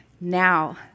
now